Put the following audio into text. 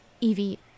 Evie